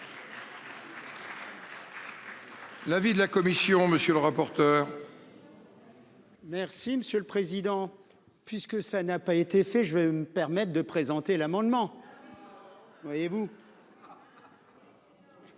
L'avis de la commission. Monsieur le rapporteur. Merci monsieur le président, puisque ça n'a pas été fait, je vais me permettent de présenter l'amendement. Il y